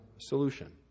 solution